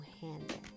handle